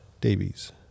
Davies